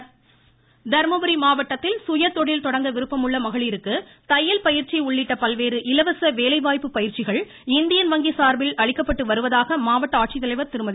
இருவரி தர்மபுரி மாவட்டத்தில் சுய தொழில் தொடங்க விருப்பமுள்ள மகளிருக்கு தையல்பயிற்சி உள்ளிட்ட பல்வேறு இலவச வேலைவாய்ப்பு பயிற்சிகள் இந்தியன் சார்பில் வங்கி வருவதாக ஆட்சித்தலைவர் திருமதி